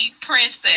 princess